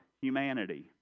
humanity